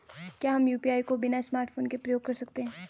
क्या हम यु.पी.आई को बिना स्मार्टफ़ोन के प्रयोग कर सकते हैं?